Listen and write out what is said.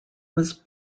was